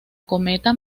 cometa